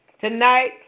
Tonight